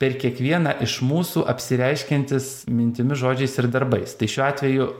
per kiekvieną iš mūsų apsireiškiantis mintimis žodžiais ir darbais šiuo atveju